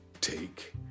take